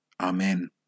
Amen